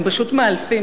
הם פשוט מאלפים.